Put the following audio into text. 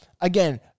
again